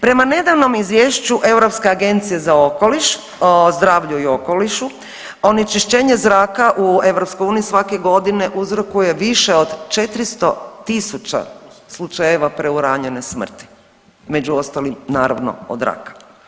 Prema nedavnom izvješću Europske agencije za okoliš o zdravlju i okolišu, onečišćenje zraka u EU svake godine uzrokuje više od 400.000 slučajeva preuranjene smrti među ostalim naravno od raka.